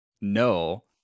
No